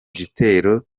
gitero